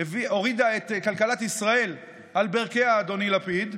הורידה את כלכלת ישראל על ברכיה, אדוני, לפיד.